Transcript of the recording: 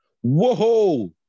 Whoa